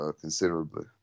considerably